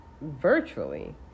virtually